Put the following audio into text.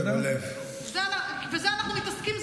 בזה אנחנו מתעסקים?